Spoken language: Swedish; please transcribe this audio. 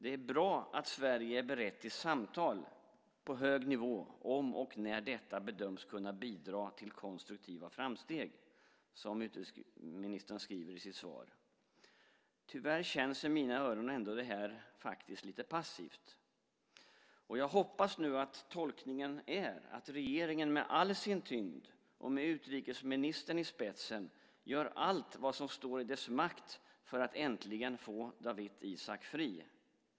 Det är bra att Sverige är berett till samtal på hög nivå om och när detta bedöms kunna bidra till konstruktiva framsteg, som utrikesministern skriver i sitt svar. Tyvärr låter det i mina öron lite passivt. Jag hoppas nu att tolkningen är att regeringen med all sin tyngd, och med utrikesministern i spetsen, gör allt vad som står i dess makt för att äntligen få Dawit Isaak fri.